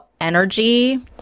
energy